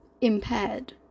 impaired